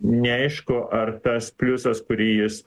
neaišku ar tas pliusas kurį jis